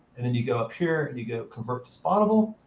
and then you go up here, and you go convert to spawnable